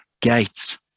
gates